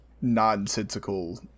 nonsensical